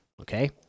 okay